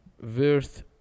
Verse